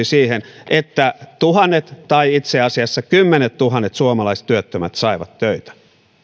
siihen että tuhannet tai itse asiassa kymmenettuhannet suomalaiset työttömät saivat töitä